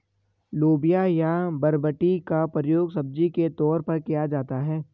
लोबिया या बरबटी का प्रयोग सब्जी के तौर पर किया जाता है